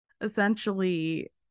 essentially